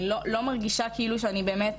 אני לא מרגישה כאילו באמת